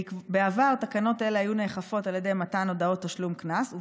בעבר תקנות אלה היו נאכפות על ידי מתן הודעות תשלום קנס,